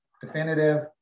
definitive